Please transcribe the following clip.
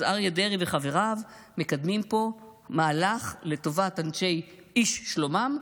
אז אריה דרעי וחבריו מקדמים פה מהלך לטובת איש שלומם,